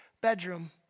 bedroom